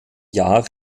jahr